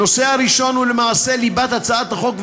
הנושא הראשון הוא למעשה ליבת הצעת החוק,